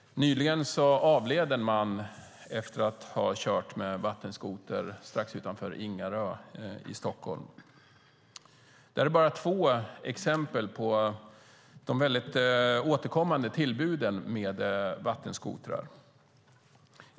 Nyligen avled en man efter att ha kört med vattenskoter strax utanför Ingarö i Stockholm. Detta är bara två exempel på de återkommande tillbuden med vattenskotrar.